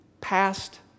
Past